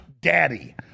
daddy